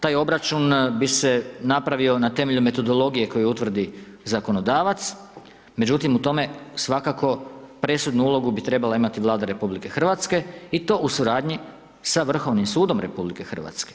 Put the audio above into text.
Taj obračun bi se napravio na temelju metodologije koju utvrdi zakonodavac, međutim, u tome svakako presudnu ulogu bi trebala imati Vlada RH i to u suradnji sa Vrhovnim sudom RH.